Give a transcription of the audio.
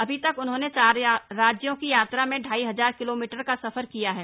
अभी तक उन्होंने चार राज्यों की यात्रा में ढाई हजार किलोमीटर का सफर किया है